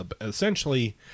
Essentially